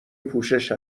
پوشش